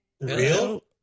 Real